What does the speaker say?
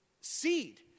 seed